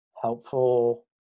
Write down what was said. helpful